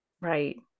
Right